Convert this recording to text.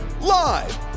Live